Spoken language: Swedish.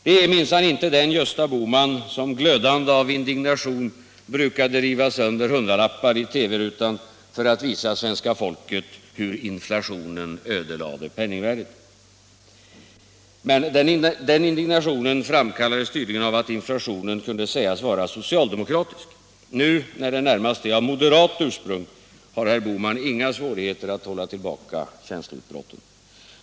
Det är minsann inte den Gösta Bohman som glödande av indignation brukade riva sönder hundralappar i TV rutan för att visa svenska folket hur inflationen ödelade penningvärdet. Men den indignationen framkallades tydligen av att inflationen kunde sägas vara socialdemokratisk. Nu när den närmast är av moderat ursprung, har herr Bohman inga svårigheter att hålla tillbaka känsloutbrotten.